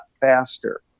faster